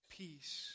peace